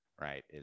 right